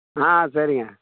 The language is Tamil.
ஆ சரிங்க